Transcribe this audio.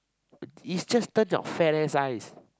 it's just turn your fat ass eyes